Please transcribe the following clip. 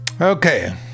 Okay